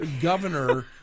governor